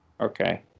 Okay